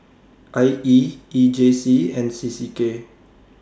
I E E J C and C C K